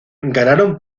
ganaron